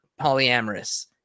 polyamorous